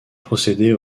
procéder